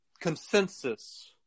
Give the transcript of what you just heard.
consensus